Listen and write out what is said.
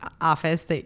office